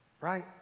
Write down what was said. right